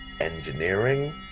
engineering